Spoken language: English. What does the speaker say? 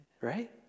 Right